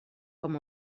com